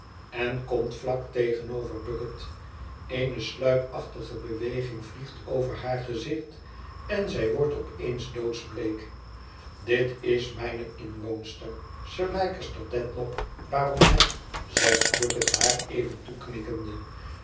en komt vlak tegenover bucket eene stuipachtige beweging vliegt over haar gezicht en zij wordt op eens doodsbleek dit is mijne inwoonster sir leicester dedlock baronet zegt bucket haar even toeknikkende